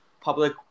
public